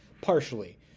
partially